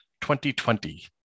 2020